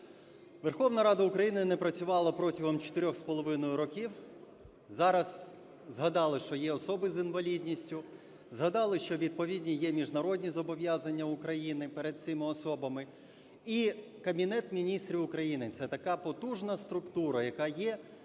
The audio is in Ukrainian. Верховна Рада України не працювала протягом 4-х з половиною років. Зараз згадали, що є особи з інвалідністю, згадали, що відповідні є міжнародні зобов'язання України перед цими особами. І Кабінет Міністрів України – це така потужна структура, яка є